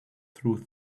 through